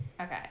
Okay